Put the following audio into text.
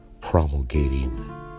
promulgating